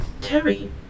Terry